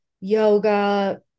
yoga